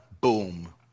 Boom